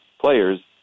players